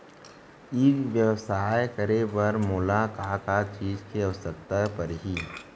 ई व्यवसाय करे बर मोला का का चीज के आवश्यकता परही?